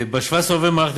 ב-17 בנובמבר,